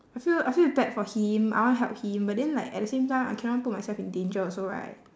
I feel I feel bad for him I want help him but then like at the same time I cannot put myself in danger also right